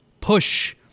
push